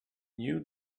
knew